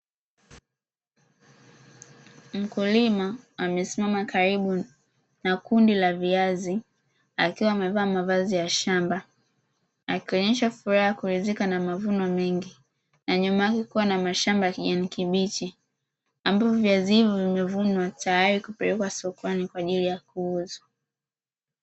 Mkulima amesimama karibu na kundi la viazi akiwa amevaa mavazi ya shamba, akionyesha furaha ya kuridhika na mavuno mengi na nyuma yake kukiwa na mashamba ya kijani kibichi, ambavyo viazi hivyo vimevunwa tayari kupelekwa sokoni kwa ajili ya kuuzwa.